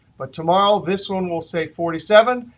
but tomorrow, this one will say forty seven,